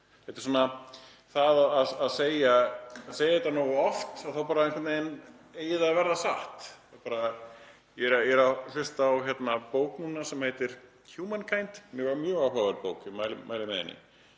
aftur og aftur — að segja þetta nógu oft þá bara einhvern veginn eigi það að verða satt. Ég er að hlusta á bók núna sem heitir Human kind, mjög áhugaverð bók, ég mæli með henni.